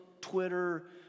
Twitter